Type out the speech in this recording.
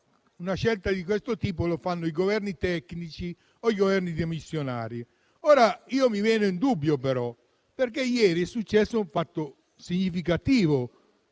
una scelta di questo tipo la fanno i Governi tecnici o i Governi dimissionari. Mi viene un dubbio, però, perché ieri è successo un fatto significativo